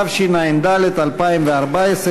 התשע"ד 2014,